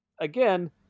again